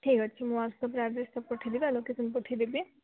ଠିକ୍ ଅଛି ମୁଁ ୱାଟସ୍ଅପ୍ରେ ଆଡ୍ରେସ୍ଟା ପଠେଇ ଦେବି ଆଉ ଲୋକେସନ୍ ପଠେଇ ଦେବି